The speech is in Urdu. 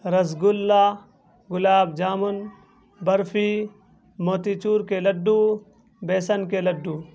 رس گلہ گلاب جامن برفی موتی چور کے لڈو بیسن کے لڈو